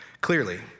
clearly